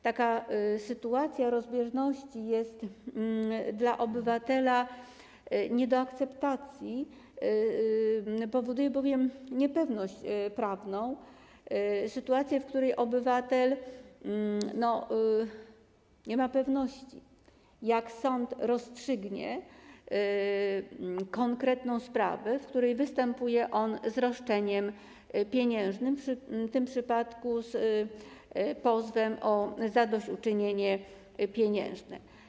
Taka sytuacja rozbieżności jest dla obywatela nie do zaakceptowania, powoduje bowiem niepewność prawną, sytuację, w której obywatel nie ma pewności, jak sąd rozstrzygnie konkretną sprawę, w której występuje on z roszczeniem pieniężnym, w tym przypadku z pozwem o zadośćuczynienie pieniężne.